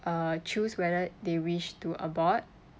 uh choose whether they wish to abort